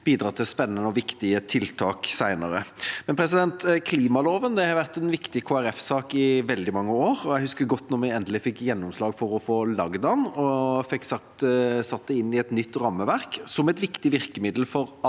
bidra til spennende og viktige tiltak senere. Klimaloven har vært en viktig Kristelig Folkepartisak i veldig mange år. Jeg husker godt da vi endelig fikk gjennomslag for å få laget den, og fikk satt den inn i et nytt rammeverk, som et viktig virkemiddel for at